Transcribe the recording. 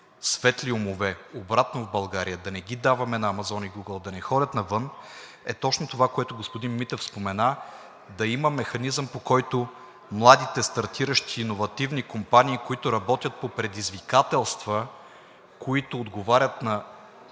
светли умове обратно в България, да не ги даваме на Amazon и Google, да не ходят навън, е точно това, за което господин Митев спомена – да има механизъм, по който младите стартиращи иновативни компании, които работят по предизвикателства, които отговорят на